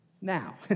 Now